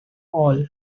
all